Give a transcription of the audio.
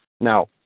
Now